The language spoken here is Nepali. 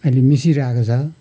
अहिले मिसिइरहेको छ